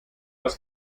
was